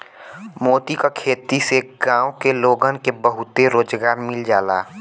मोती क खेती से गांव के लोगन के बहुते रोजगार मिल जाला